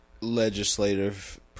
legislative